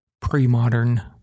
pre-modern